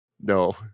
No